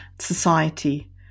society